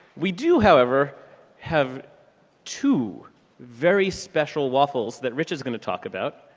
we do however have two very special waffles that rich is going to talk about.